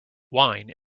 wine